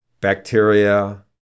bacteria